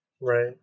Right